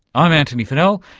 i'm antony funnell,